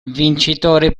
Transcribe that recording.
vincitore